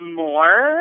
more